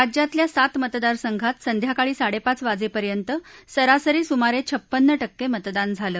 राज्यातल्या सात मतदारसंघात संध्याकाळी साडप्राच वाजर्छित सरासरी सुमारपद टक्क इतदान झालं